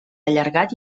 allargat